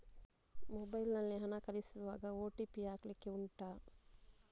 mobile ನಲ್ಲಿ ಹಣ ಕಳಿಸುವಾಗ ಓ.ಟಿ.ಪಿ ಹಾಕ್ಲಿಕ್ಕೆ ಉಂಟಾ